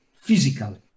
physical